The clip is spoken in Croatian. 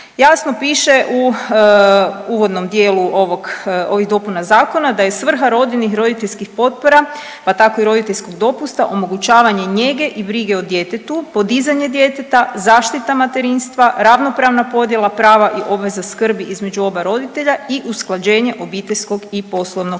Jasno piše u uvodnom dijelu ovog, ovih dopuna zakona da je svrha rodiljnih i roditeljskih potpora pa tako i roditeljskog dopusta omogućavanje njege i brige o djetetu, podizanje djeteta, zaštita materinstva, ravnopravna podjela prava i obveza skrbi između oba roditelja i usklađenje obiteljskog i poslovnog